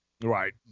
Right